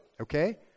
okay